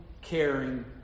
Caring